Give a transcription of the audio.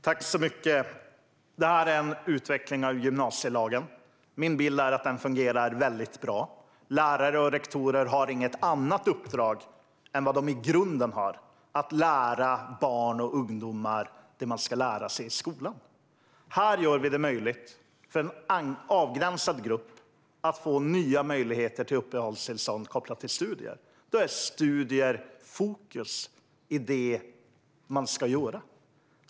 Herr talman! Detta är en utveckling av gymnasielagen. Min bild är att den fungerar väldigt bra. Lärare och rektorer har inget annat uppdrag än det de i grunden har, det vill säga att lära barn och ungdomar det de ska lära sig i skolan. Här ger vi en avgränsad grupp nya möjligheter till uppehållstillstånd kopplat till studier, och då är studier fokus i det man ska göra.